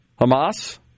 Hamas